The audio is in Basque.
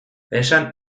esan